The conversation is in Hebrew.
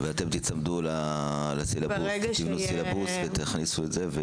ואתם תיצמדו לסילבוס ותכניסו את זה.